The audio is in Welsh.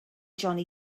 johnny